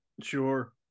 sure